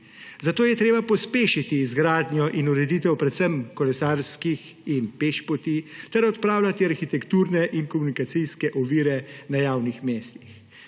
zato je treba pospešiti izgradnjo in ureditev predvsem kolesarskih in pešpoti ter odpravljati arhitekturne in komunikacijske ovire na javnih mestih.